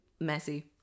messy